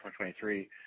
2023